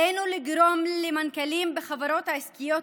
עלינו לגרום למנכ"לים בחברות העסקיות,